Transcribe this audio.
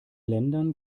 ländern